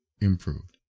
improved